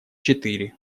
четыре